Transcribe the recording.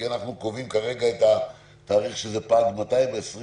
כי אנחנו קובעים כרגע את התאריך שזה פג ב-22.